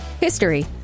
History